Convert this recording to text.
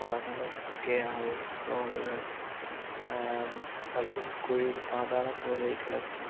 കുളങ്ങളും ഒക്കെ ആവും റോഡുകൾ പലതും കുഴിയിൽ പാതാളം പോലെ കിടക്കും